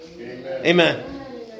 Amen